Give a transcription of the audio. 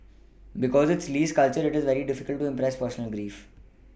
because in Lee's culture it is very difficult to express personal grief